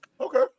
Okay